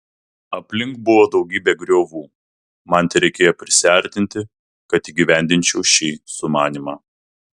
aplink buvo daugybė griovų man tereikėjo prisiartinti kad įgyvendinčiau šį sumanymą